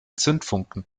zündfunken